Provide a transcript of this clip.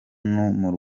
n’u